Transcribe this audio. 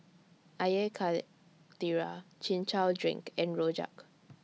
Air Karthira Chin Chow Drink and Rojak